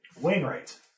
Wainwright